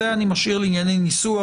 את זה אני משאיר לענייני ניסוח,